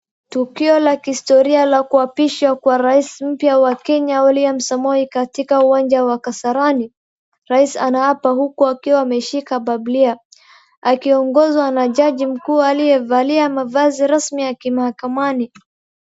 Tukio la kihistoria la kuapisha kwa rais mpya wa Kenya Wiliam Samoei katika uwanja wa Kasarani. Rais anaapa uku akiwa ameshika bibilia akiongozwa na jaji mkuu aliyevalia mavazi rasmi ya kimahakamani.